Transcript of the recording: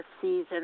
season